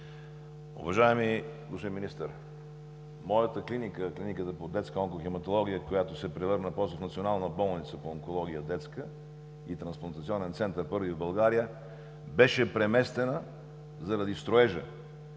Уважаеми господин Министър, моята клиника – Клиниката по детска онкохематология, която се превърна после в Национална болница по детска онкология и Трансплантационен център – първи в България, беше преместена заради строежа.